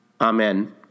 Amen